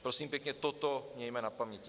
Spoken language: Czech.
Prosím pěkně, toto mějme na paměti.